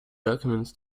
documents